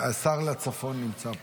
השר לצפון נמצא פה.